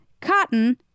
cotton